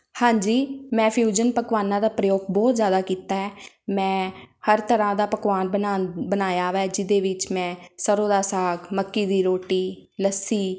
ਹਾਂਜੀ ਮੈਂ ਫਿਊਜ਼ਨ ਪਕਵਾਨਾਂ ਦਾ ਪ੍ਰਯੋਗ ਬਹੁਤ ਜ਼ਿਆਦਾ ਕੀਤਾ ਹੈ ਮੈਂ ਹਰ ਤਰ੍ਹਾਂ ਦਾ ਪਕਵਾਨ ਬਣਾ ਬਣਾਇਆ ਹੈ ਜਿਹਦੇ ਵਿੱਚ ਮੈਂ ਸਰੋਂ ਦਾ ਸਾਗ ਮੱਕੀ ਦੀ ਰੋਟੀ ਲੱਸੀ